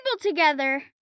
together